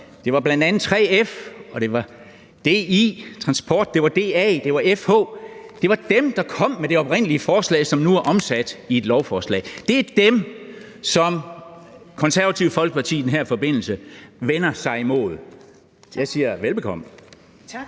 bl.a. 3F, DI Transport, DA og FH, der kom med det oprindelige forslag, som nu er omsat i et lovforslag. Det er dem, som Det Konservative Folkeparti i den her forbindelse vender sig imod. Jeg siger velbekomme.